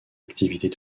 activités